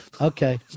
okay